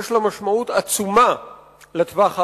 יש לה משמעות עצומה לטווח הארוך.